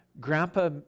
Grandpa